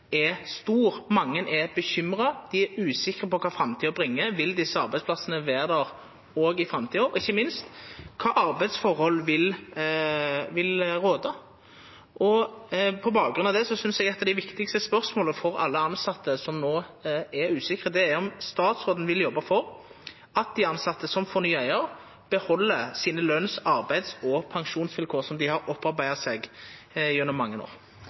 er stor. Mange er bekymra. Dei er usikre på kva framtida vil føra med seg. Vil desse arbeidsplassane vera der òg i framtida? Og ikkje minst: Kva slags arbeidsforhold vil rå? På bakgrunn av det synest eg det viktigaste spørsmålet for alle tilsette som no er usikre, er om statsråden vil jobba for at dei tilsette som får ny eigar, beheld dei løns-, arbeids- og pensjonsvilkåra som dei har opparbeidd gjennom mange år.